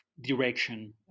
direction